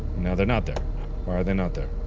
now they're not there. why are they not there?